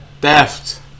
Theft